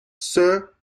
sir